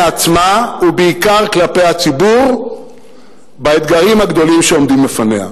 עצמה ובעיקר כלפי הציבור באתגרים הגדולים שעומדים בפניה.